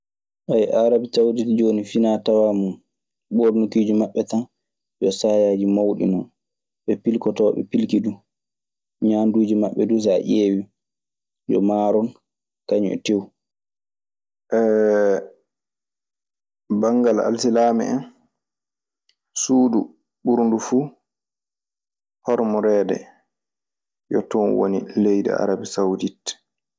Aarabi Sawdit jooni, finaa tawaa mun, ɓoornakiijimaɓɓe tan yo saayaaji mawɗi non. Ɓe pilkotooɓe pilki duu. Ñaanduuji maɓɓe duu, so a ƴeewii, yo maaro kañun e teew. bnngal alsilaame en, suudu ɓurndu fu hormoreede yo ton woni leedi arabisawdit.